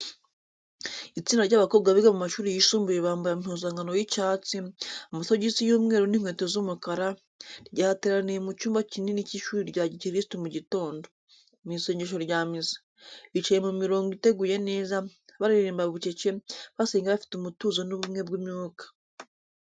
Itsinda ry’abakobwa biga mu mashuri yisumbuye bambaye impuzankano y’icyatsi, amasogisi y’umweru n’inkweto z’umukara, ryateraniye mu cyumba kinini cy’ishuri rya gikirisitu mu gitondo, mu isengesho rya misa. Bicaye mu mirongo iteguye neza, baririmba bucece, basenga bafite umutuzo n’ubumwe bw’umwuka.